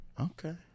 Okay